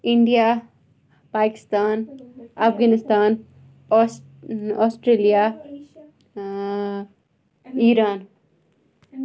India Pakistan Afghanistan اوس Australia Iran